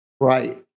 Right